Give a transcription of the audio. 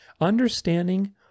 understanding